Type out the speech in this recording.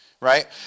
right